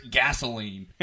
gasoline